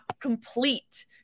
complete